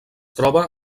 troba